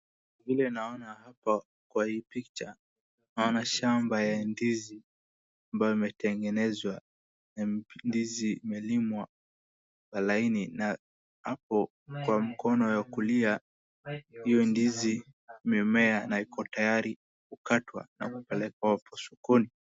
Vile naona hapo kwa hii picha, naona shamba ya ndizi ambayo imetengenezwa na ndizi imelimwa laini na hapo kwa mkono ya kulia, hiyo ndizi imemea na iko tayari kukatwa kupelekwa sokoni.